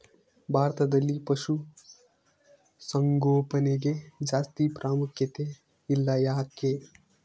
ಭಾರತದಲ್ಲಿ ಪಶುಸಾಂಗೋಪನೆಗೆ ಜಾಸ್ತಿ ಪ್ರಾಮುಖ್ಯತೆ ಇಲ್ಲ ಯಾಕೆ?